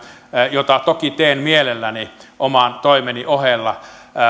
jota toki teen mielelläni oman toimeni ohella